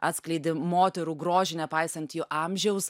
atskleidi moterų grožį nepaisant jų amžiaus